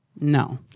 no